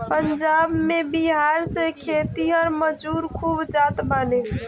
पंजाब में बिहार से खेतिहर मजूर खूब जात बाने